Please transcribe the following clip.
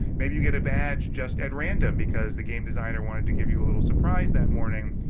maybe you get a badge just at random because the game designer wanted to give you a little surprise that morning.